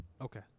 Okay